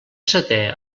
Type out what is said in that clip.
seté